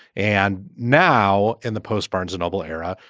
and now in the post barnes noble era,